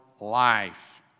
life